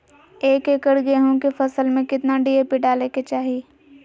एक एकड़ गेहूं के फसल में कितना डी.ए.पी डाले के चाहि?